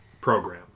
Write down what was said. program